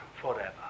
forever